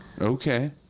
okay